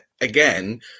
again